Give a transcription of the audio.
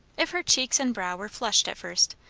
if her cheeks and brow were flushed at first,